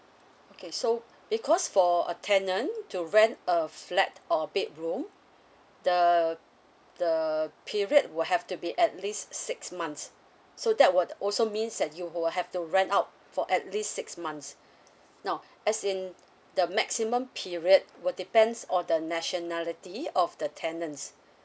okay so because for a tenant to rent a flat or bedroom the the period will have to be at least six months so that will also mean you will have to rent out for at least six months no as in the maximum period will depends on the nationality of the tenants